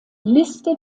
liste